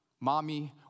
mommy